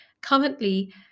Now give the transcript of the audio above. currently